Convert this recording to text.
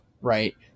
right